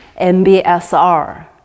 MBSR